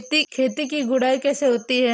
खेत की गुड़ाई कैसे होती हैं?